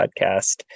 podcast